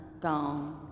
gone